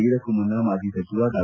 ಇದಕ್ಕೂ ಮುನ್ನ ಮಾಜಿ ಸಚಿವ ಡಾ